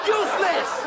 useless